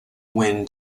win